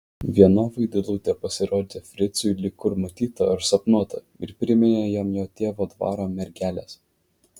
viena vaidilutė pasirodė fricui lyg kur matyta ar sapnuota ir priminė jam jo tėvo dvaro mergeles